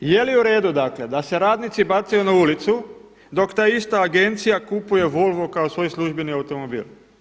I je li u redu dakle da se radnici bacaju na ulicu dok ta ista agencija kupuje Volvo kao svoj službeni automobil?